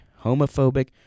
homophobic